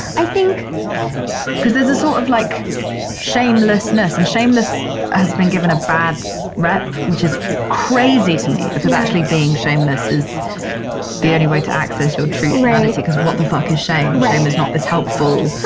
i think because there's a sort of like shamelessness. and shameless has been given a bad rap, which is crazy to me, because actually being shameless is the only way to access your true humanity ah and right because what the fuck is shame? right shame is not this helpful?